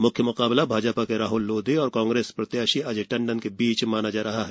मुख्य मुकाबला भाजपा के राहल लोधी और कांग्रेस प्रत्याशी अजय टंडन के बीच माना जा रहा है